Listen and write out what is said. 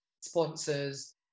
sponsors